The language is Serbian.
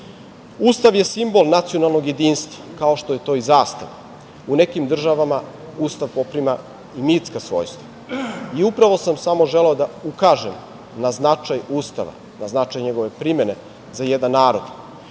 život. Ustav je simbol nacionalnog jedinstva, kao što je to i zastava. U nekim državama Ustav poprima i mitska svojstva. I upravo sam želeo da ukažem na značaj Ustava, na značaj njegove primene za jedan narod.